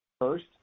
First